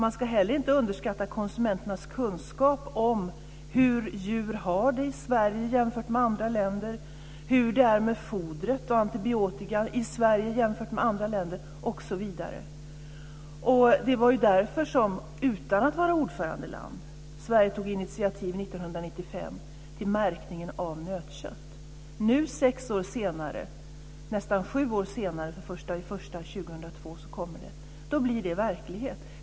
Man ska inte heller underskatta konsumenternas kunskap om hur djur har det i Sverige jämfört med andra länder, hur det är med fodret och antibiotikan i Sverige jämfört med andra länder osv. Det var därför som Sverige 1995, utan att vara ordförandeland, tog initiativ till märkningen av nötkött. Nu nästan sju år senare - det kommer den 1 januari 2002 - blir det verklighet.